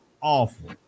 Awful